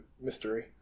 mystery